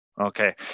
Okay